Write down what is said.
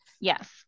Yes